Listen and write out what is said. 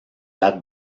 date